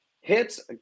hits